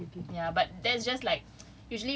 mm ya but that's just like